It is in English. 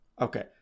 Okay